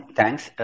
thanks